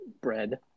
bread